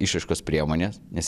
išraiškos priemonės nes